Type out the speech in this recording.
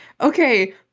okay